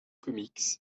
comics